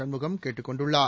சண்முகம் கேட்டுக் கொண்டுள்ளார்